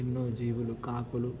ఎన్నో జీవులు కాకులు